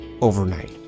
overnight